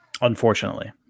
Unfortunately